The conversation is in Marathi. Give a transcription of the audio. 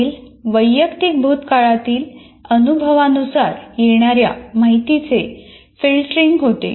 मागील वैयक्तिक भूतकाळातील अनुभवानुसार येणाऱ्या माहितीचे फिल्टरिंग होते